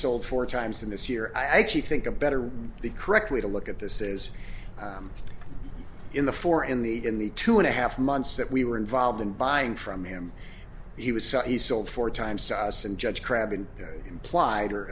sold four times in this year i actually think a better the correct way to look at this is in the four in the in the two and a half months that we were involved in buying from him he was such he sold four times to us and judge crabb in implied